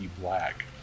black